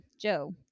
Joe